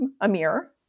Amir